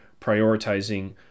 prioritizing